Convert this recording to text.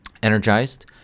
energized